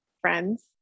friends